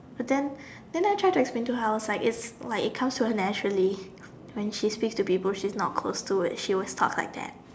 but then then I tried to explain to her I was like it like it comes to her naturally when she speaks to people she's not close to she always talks like that